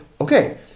okay